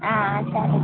సరే సార్